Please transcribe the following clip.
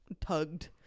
tugged